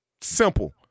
Simple